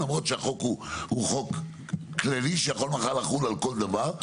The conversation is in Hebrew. למרות שהחוק הוא חוק כללי שיכול מחר לחול על כל דבר.